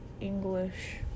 english